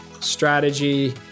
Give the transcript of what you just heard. strategy